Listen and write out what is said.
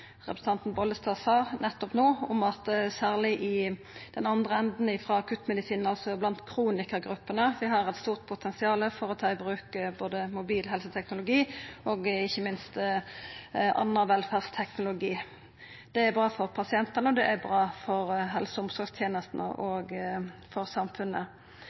representanten Bollestad sa nettopp no, om at særleg i den andre enden, t.d. innanfor akuttmedisin og òg blant kronikargruppene, har vi eit stort potensial for å ta i bruk både mobil helseteknologi og ikkje minst anna velferdsteknologi. Det er bra for pasientane, det er bra for helse- og omsorgstenestene og for samfunnet.